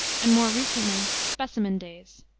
and more recently, specimen days.